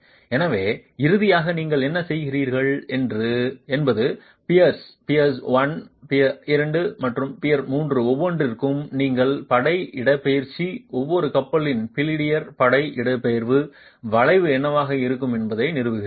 எனவே இறுதியாக நீங்கள் என்ன செய்கிறீர்கள் என்பது பியர்ஸ் பியர் 1 பியர் 2 மற்றும் பியர் 3 ஒவ்வொன்றிற்கும் நீங்கள் படை இடப்பெயர்ச்சி ஒவ்வொரு கப்பலின் பிலினியர் படை இடப்பெயர்வு வளைவு என்னவாக இருக்கும் என்பதை நிறுவுகிறீர்கள்